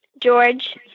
George